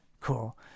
Cool